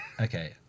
Okay